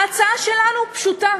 ההצעה שלנו פשוטה: